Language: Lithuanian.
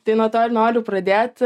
tai nuo to ir noriu pradėt